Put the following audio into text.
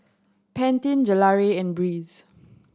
Pantene Gelare and Breeze